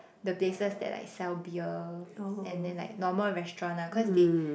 the places that like sell beer and then like normal restaurant nah cause they